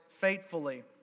faithfully